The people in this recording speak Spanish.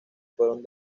fueron